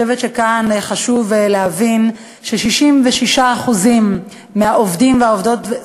אני חושבת שכאן חשוב להבין ש-66% מהעובדים והעובדות,